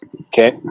okay